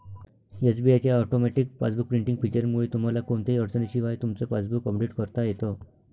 SBI च्या automatic passbook printing फीचरमुळे तुम्हाला कोणत्याही अडचणीशिवाय तुमचं पासबुक अपडेट करता येतं